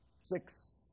six